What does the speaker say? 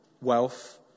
wealth